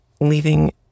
leaving